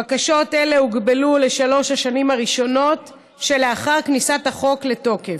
בקשות אלה הוגבלו לשלוש השנים הראשונות שלאחר כניסת החוק לתוקף.